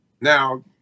now